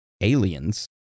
aliens